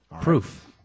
Proof